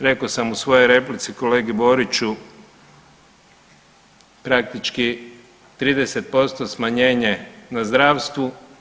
Rekao sam u svojoj replici kolegi Boriću praktički 30% smanjenje na zdravstvu.